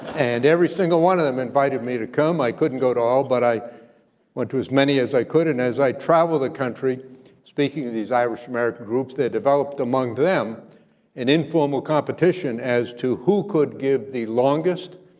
and every single one of them invited me to come. i couldn't go to all, but i went to as many as i could, and as i traveled the country speaking to these irish american groups, they had developed among them an informal competition as to who could give the longest,